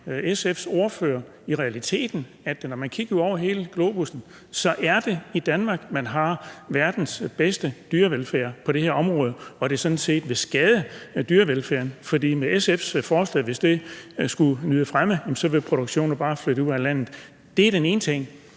SF's ordfører så, at realiteten er, at når man kigger på hele globussen, er det i Danmark, at man har verdens bedste dyrevelfærd på det her område, og at det sådan set vil skade dyrevelfærden? For med SF's forslag, hvis det skulle nyde fremme, vil produktionen bare flytte ud af landet? Det er den ene ting.